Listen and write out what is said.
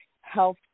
health